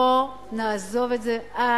לא נעזוב את זה עד